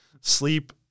sleep